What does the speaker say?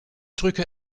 drücke